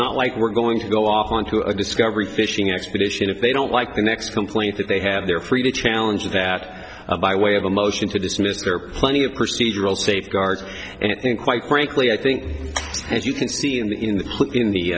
not like we're going to go on to a discovery fishing expedition if they don't like the next complaint that they have they're free to challenge that by way of a motion to dismiss their plenty of procedural safeguards and quite frankly i think as you can see in the in the